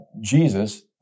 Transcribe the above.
Jesus